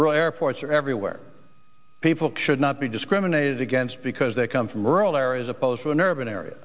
airports are everywhere people could not be discriminated against because they come from rural areas opposed to an urban area